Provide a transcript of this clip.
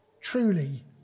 truly